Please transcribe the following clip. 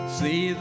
see